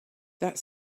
that